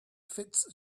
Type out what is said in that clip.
fits